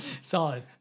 Solid